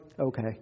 okay